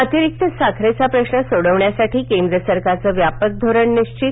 अतिरिक्त साखरेचा प्रश्न सोडवण्यासाठी केंद्र सरकारचं व्यापक धोरण निश्वित